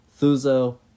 Thuzo